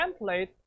template